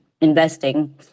investing